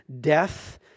death